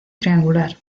triangular